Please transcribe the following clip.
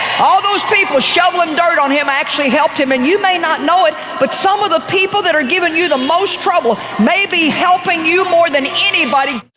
all those people shoveling dirt on him actually helped him, and you may not know it but some of the people that are giving you the most trouble may be helping you more than anybody,